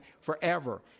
forever